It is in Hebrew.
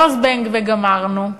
לא "זבנג וגמרנו".